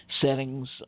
settings